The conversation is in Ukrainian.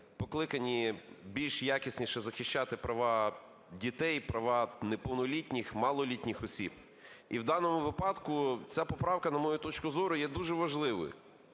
покликані більш якісніше захищати права дітей, права неповнолітніх, малолітніх осіб. І в даному випадку ця поправка, на мою точку зору, є дуже важливою.